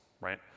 right